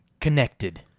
Connected